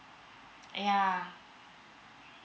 yeah